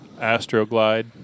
Astroglide